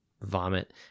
Vomit